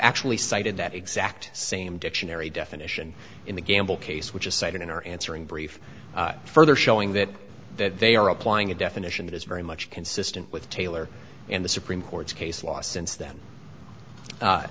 actually cited that exact same dictionary definition in the gamble case which is cited in our answering brief further showing that that they are applying a definition that is very much consistent with taylor and the supreme court's case law since then